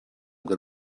get